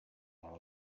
while